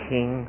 King